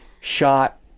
shot